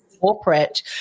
corporate